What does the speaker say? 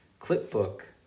clipbook